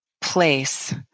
place